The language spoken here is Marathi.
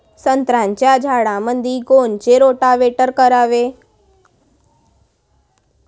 संत्र्याच्या झाडामंदी कोनचे रोटावेटर करावे?